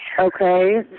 Okay